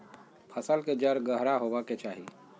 फसल के जड़ गहरा होबय के चाही